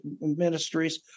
ministries